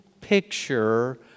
picture